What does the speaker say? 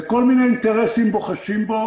וכל מיני אינטרסים בוחשים בו